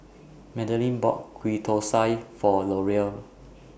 Madelyn bought Ghee Thosai For Loria